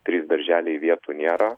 trys darželiai vietų nėra